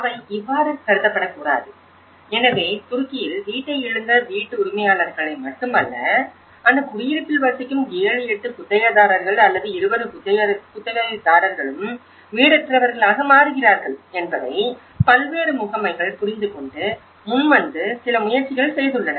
அவை இவ்வாறு கருதப்படக்கூடாது எனவே துருக்கியில் வீட்டை இழந்த வீட்டு உரிமையாளர்களை மட்டுமல்ல அந்த குடியிருப்பில் வசிக்கும் 7 8 குத்தகைதாரர்கள் அல்லது 20 குத்தகைதாரர்களும் வீடற்றவர்களாக மாறுகிறார்கள் என்பதை பல்வேறு முகமைகள் புரிந்துகொண்டு முன்வந்து சில முயற்சிகள் செய்துள்ளன